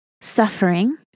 suffering